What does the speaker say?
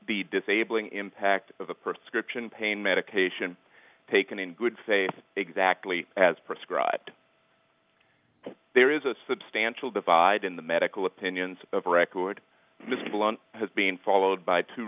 be disabling impact of a prescription pain medication taken in good faith exactly as prescribed there is a substantial divide in the medical opinions of record mr blunt has been followed by two